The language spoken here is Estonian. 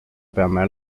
peame